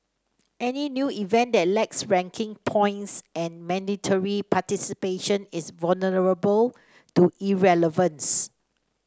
any new event that lacks ranking points and mandatory participation is vulnerable to irrelevance